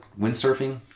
windsurfing